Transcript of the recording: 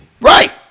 Right